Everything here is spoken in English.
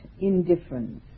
indifference